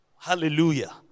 Hallelujah